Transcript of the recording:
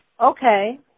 okay